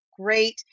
great